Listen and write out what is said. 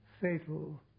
fatal